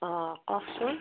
অঁ কওকচোন